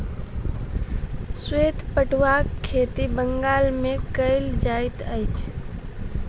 श्वेत पटुआक खेती बंगाल मे कयल जाइत अछि